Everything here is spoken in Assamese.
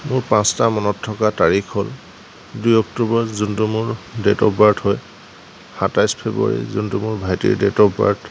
মোৰ পাঁচটা মনত থকা তাৰিখ হ'ল দুই অক্টোবৰ যোনটো মোৰ দেট অফ বাৰ্থ হয় সাতাইছ ফেব্ৰুৱাৰী যোনটো মোৰ ভাইটিৰ দেট অফ বাৰ্থ